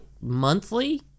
monthly